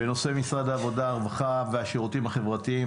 העבודה והרווחה והשירותים החברתיים,